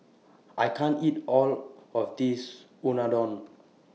I can't eat All of This Unadon